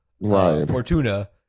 Fortuna